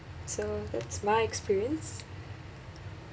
so that's my experience